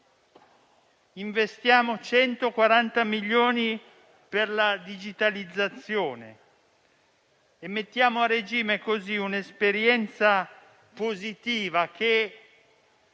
Investiamo 140 milioni per la digitalizzazione e mettiamo così a regime un'esperienza positiva che